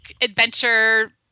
adventure